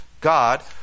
God